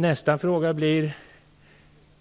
Nästa fråga är: